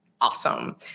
Awesome